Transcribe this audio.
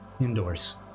indoors